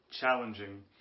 challenging